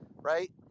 right